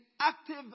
active